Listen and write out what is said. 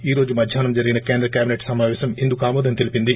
ఈ రోజు మధ్యాహ్నం జరిగిన కేంద్ర క్యాబినెట్ సమాపేశం ఇందుకు ఆమోదం తెలిపింది